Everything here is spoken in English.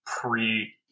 pre